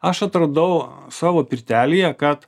aš atradau savo pirtelėje kad